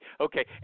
Okay